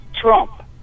Trump